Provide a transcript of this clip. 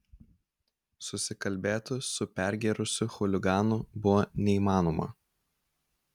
susikalbėti su pergėrusiu chuliganu buvo neįmanoma